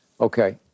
Okay